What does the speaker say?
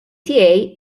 tiegħi